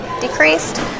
decreased